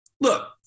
look